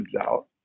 out